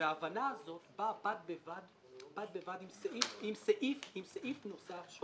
והיא באה בד בבד עם סעיף נוסף.